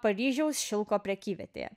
paryžiaus šilko prekyvietė